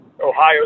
Ohio